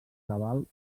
cabal